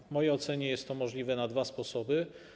W mojej ocenie jest to możliwe na dwa sposoby.